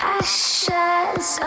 ashes